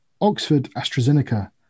Oxford-AstraZeneca